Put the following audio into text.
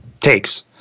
takes